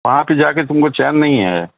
وہاں پہ جا کے تم کو چین نہیں ہے